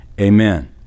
Amen